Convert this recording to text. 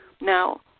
Now